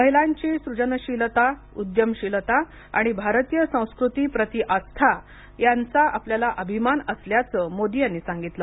महिलांची सृजनशीलता उद्यमशीलता आणि भारतीय संस्कृतीप्रती आस्था यांचा आपल्याला अभिमान असल्याचे मोदी यांनी सांगितले